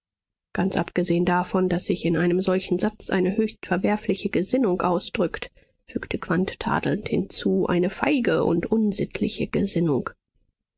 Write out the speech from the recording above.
ganz abgesehen davon daß sich in einem solchen satz eine höchst verwerfliche gesinnung ausdrückt fügte quandt tadelnd hinzu eine feige und unsittliche gesinnung